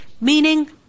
meaning